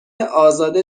ازاده